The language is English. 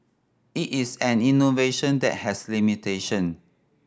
it is an innovation that has limitation